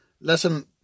listen